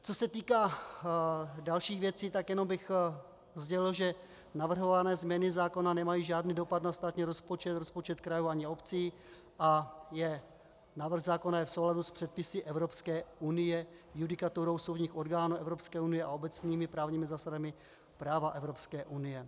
Co se týká dalších věcí, tak jenom bych sdělil, že navrhované změny zákona nemají žádný dopad na státní rozpočet, rozpočet krajů, ani obcí a návrh zákona je v souladu s předpisy Evropské unie, judikaturou soudních orgánů Evropské unie a obecnými právními zásadami práva Evropské unie.